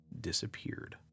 disappeared